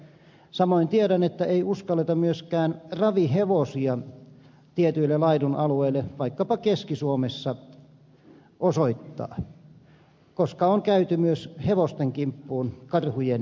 samoin tiedän että ei uskalleta myöskään ravihevosia tietyille laidunalueille vaikkapa keski suomessa osoittaa koska on käyty myös hevosten kimppuun karhujen toimesta